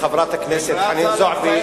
לחברת הכנסת חנין זועבי,